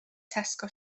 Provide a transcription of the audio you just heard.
tesco